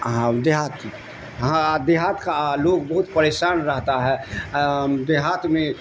دیہات کی ہاں دیہات کا لوگ بہت پریشان رہتا ہے دیہات میں